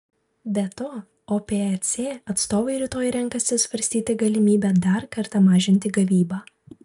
be to opec atstovai rytoj renkasi svarstyti galimybę dar kartą mažinti gavybą